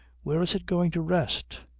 where is it going to rest?